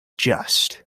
just